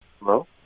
Hello